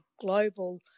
global